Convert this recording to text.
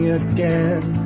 again